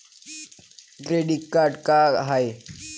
Credit card का हाय?